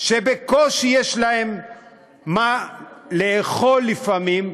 שבקושי יש להם מה לאכול לפעמים,